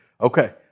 Okay